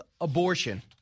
Abortion